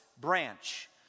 branch